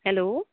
hello